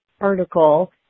article